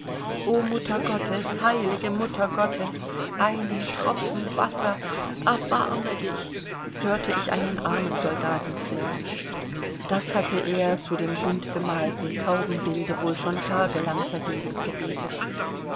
o mutter gottes heilige mutter gottes einen tropfen wasser erbarme dich hörte ich einen armen soldaten flehen das hatte er zu dem buntbemalten tauben bilde wohl schon tagelang vergebens gebetet